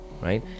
right